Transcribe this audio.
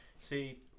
See